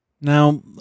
Now